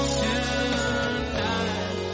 tonight